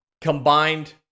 combined